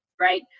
right